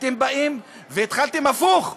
אתם באים ומתחילים הפוך: